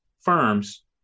firms